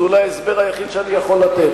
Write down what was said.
זה אולי ההסבר היחיד שאני יכול לתת,